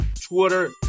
Twitter